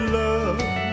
love